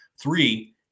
Three